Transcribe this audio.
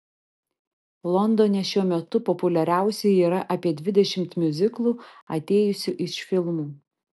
londone šiuo metu populiariausi yra apie dvidešimt miuziklų atėjusių iš filmų